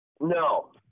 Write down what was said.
No